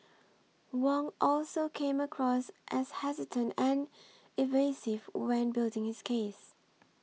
Wong also came across as hesitant and evasive when building his case